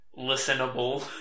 listenable